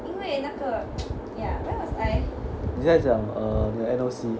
你在讲 uh N_O_C